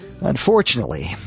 Unfortunately